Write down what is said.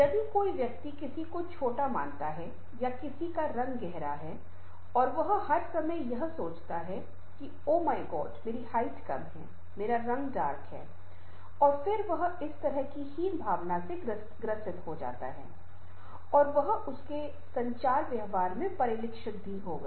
यदि कोई व्यक्ति किसी को छोटा मानता है या किसी का रंग गहरा है और वह हर समय यह सोचता है कि ओह माय गॉड मेरी हाइट कम है मेरा रंग डार्क है और फिर वह इस तरह की हीन भावना से ग्रसित होगा और वह उसके संचार व्यवहार में परिलक्षित होगा